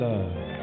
Love